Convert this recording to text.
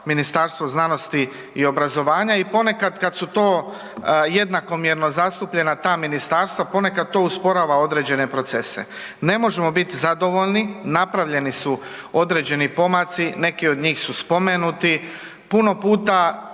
Ministarstvo znanosti i obrazovanja i ponekad kada su to jednakomjerno zastupljena ta ministarstva ponekad to usporava određene procese. Ne možemo biti zadovoljni, napravljeni su određeni pomaci, neki od njih su spomenuti. Puno puta